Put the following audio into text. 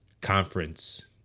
conference